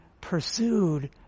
pursued